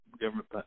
government